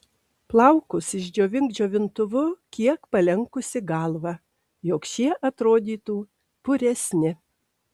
plaukus išdžiovink džiovintuvu kiek palenkusi galvą jog šie atrodytų puresni